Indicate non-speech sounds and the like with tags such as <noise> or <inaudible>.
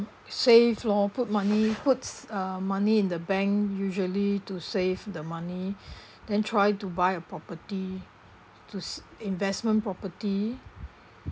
save lor put money put uh money in the bank usually to save the money <breath> then try to buy a property to s~ investment property